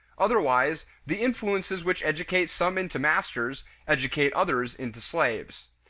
otherwise, the influences which educate some into masters, educate others into slaves.